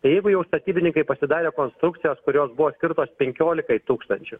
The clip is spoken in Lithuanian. jeigu jau statybininkai pasidarė konstrukcijas kurios buvo skirtos penkiolikai tūkstančių